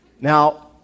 Now